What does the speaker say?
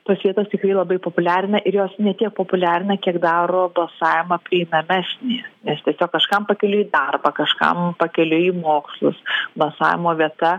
tos vietos tikrai labai populiarina ir jos ne tiek populiarina kiek daro balsavimą prieinamesnį nes tiesiog kažkam pakeliui į darbą kažkam pakeliui į mokslus basavimo vieta